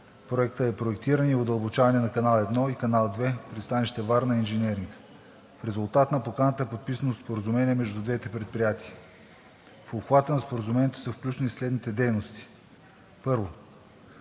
Проекта е проектирано и удълбочаване на канал едно и канал две – пристанище „Варна Инженеринг“. В резултат на поканата е подписано споразумение между двете предприятия. В обхвата на Споразумението са включени следните дейности: 1.